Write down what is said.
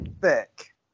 Thick